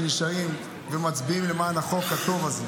שנשארים ומצביעים למען החוק הטוב הזה,